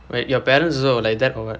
wait your parents also like that or what